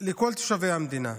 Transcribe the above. לכל תושבי המדינה.